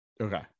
Okay